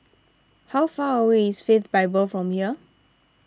how far away is Faith Bible from here